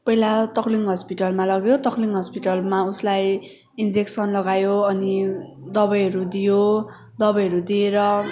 पहिला तकलिङ हस्पिटलमा लग्यो तकलिङ हस्पिटलमा उसलाई इन्जेक्सन लगायो अनि दबाईहरू दियो दबाईहरू दिएर